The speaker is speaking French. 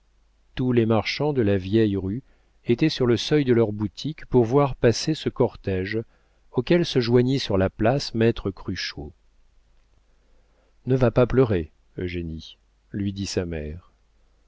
tous les marchands de la vieille rue étaient sur le seuil de leurs boutiques pour voir passer ce cortége auquel se joignit sur la place maître cruchot ne va pas pleurer eugénie lui dit sa mère